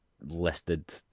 listed